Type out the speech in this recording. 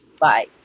Bye